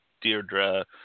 Deirdre